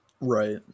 right